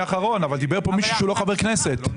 דיבר פה מישהו שהוא לא חבר כנסת.